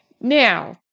Now